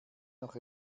noch